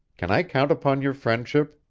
can i count upon your friendship?